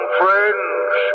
friends